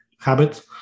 habits